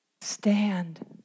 Stand